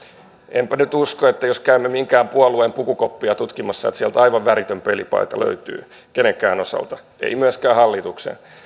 enpä nyt usko että jos käymme jonkin puolueen pukukoppia tutkimassa että sieltä aivan väritön pelipaita löytyy kenenkään osalta ei myöskään hallituksen